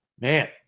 Man